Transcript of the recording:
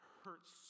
hurts